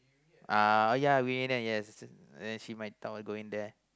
uh ya we and then yes then she might thought of going there